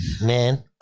man